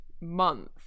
month